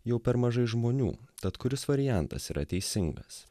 jau per mažai žmonių tad kuris variantas yra teisingas